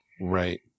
Right